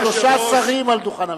רבותי, שלושה שרים על דוכן הממשלה.